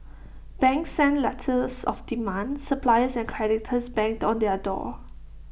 banks sent letters of demand suppliers and creditors banged on their door